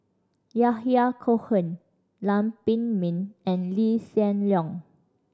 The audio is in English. Yahya Cohen Lam Pin Min and Lee Hsien Loong